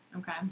Okay